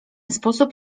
sposób